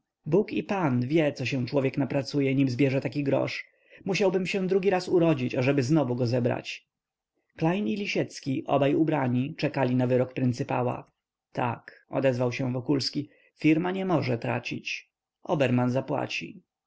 bóg i pan wie co się człowiek napracuje nim zbierze taki grosz musiałbym się drugi raz urodzić ażeby znowu go zebrać klejn i lisiecki obaj ubrani czekali na wyrok pryncypała tak odezwał się wokulski firma nie może tracić oberman zapłaci